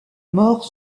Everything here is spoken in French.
mort